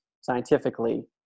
scientifically